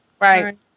Right